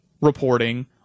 reporting